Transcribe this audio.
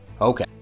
Okay